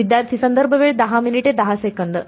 विद्यार्थी A नाही